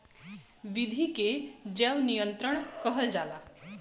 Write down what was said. विधि के जैव नियंत्रण कहल जाला